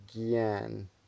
again